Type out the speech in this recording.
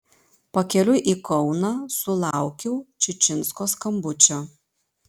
pakeliui į kauną sulaukiau čičinsko skambučio